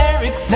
Eric